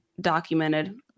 documented